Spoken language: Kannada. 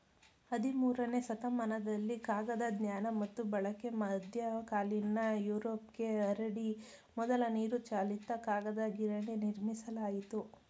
ಹದಿಮೂರನೇ ಶತಮಾನದಲ್ಲಿ ಕಾಗದ ಜ್ಞಾನ ಮತ್ತು ಬಳಕೆ ಮಧ್ಯಕಾಲೀನ ಯುರೋಪ್ಗೆ ಹರಡಿ ಮೊದಲ ನೀರುಚಾಲಿತ ಕಾಗದ ಗಿರಣಿ ನಿರ್ಮಿಸಲಾಯಿತು